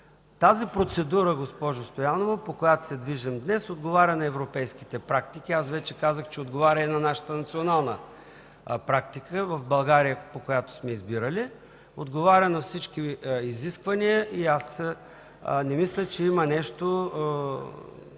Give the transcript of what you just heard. Тази процедура, госпожо Стоянова, по която се движим днес, отговаря на европейските практики. Аз вече казах, че отговаря и на нашата национална практика в България, по която сме избирали, отговаря на всички изисквания и не мисля, че има нещо